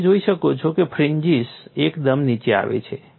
તમે જોઈ શકો છો કે ફ્રિન્જિસ એકદમ નીચે આવે છે